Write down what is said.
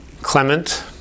Clement